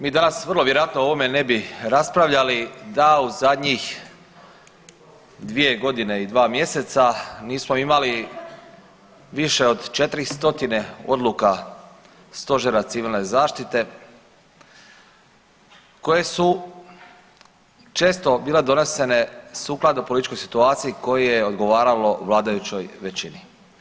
Vi danas vrlo vjerojatno o ovome ne bi raspravljali da u zadnjih dvije godine i dva mjeseca nismo imali više od 4 stotine odluka Stožera Civilne zaštite koje su često bile donesene sukladno političkoj situaciji koje je odgovaralo vladajućoj većini.